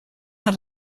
had